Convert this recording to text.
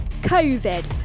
COVID